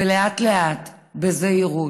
ולאט-לאט, בזהירות,